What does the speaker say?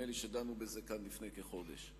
נדמה לי שדנו בזה כאן לפני כחודש.